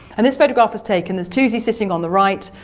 and this photograph was taken, there's toosey sitting on the right,